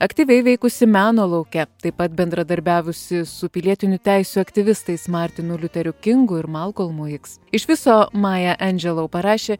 aktyviai veikusi meno lauke taip pat bendradarbiavusi su pilietinių teisių aktyvistais martinu liuteriu kingu ir malkolmu iks iš viso maja endželou parašė